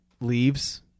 leaves